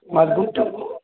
మాది గుంటూరు